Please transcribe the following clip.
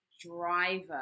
driver